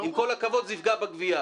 עם כל הכבוד, זה יפגע בגבייה.